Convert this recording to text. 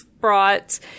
brought